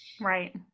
Right